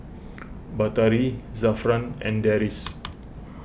Batari Zafran and Deris